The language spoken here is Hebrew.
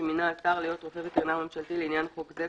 שמינה השר להיות רופא וטרינר ממשלתי לעניין חוק זה,